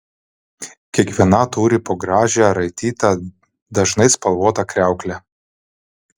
kiekviena turi po gražią raitytą dažnai spalvotą kriauklę